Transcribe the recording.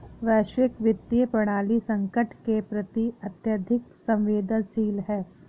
वैश्विक वित्तीय प्रणाली संकट के प्रति अत्यधिक संवेदनशील है